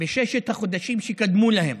בששת החודשים שקדמו לה.